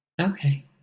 Okay